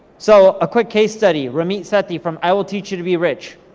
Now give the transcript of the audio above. so, a quick case study, ramit sethi from i will teach you to be rich.